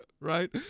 right